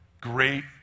Great